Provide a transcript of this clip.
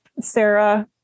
sarah